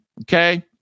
Okay